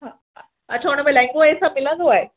अच्छा हुनमें लहंगो इहे सभु मिलंदो आहे